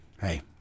hey